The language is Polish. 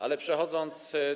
Ale przechodząc.